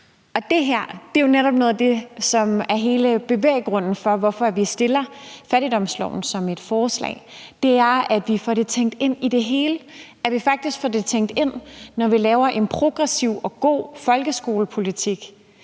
Det her er jo netop noget af det, som er hele bevæggrunden for, at vi fremsætter forslaget om en fattigdomslov, altså at vi får det tænkt ind i det hele, at vi faktisk får det tænkt ind, når vi laver en progressiv og god folkeskolepolitik,